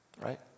right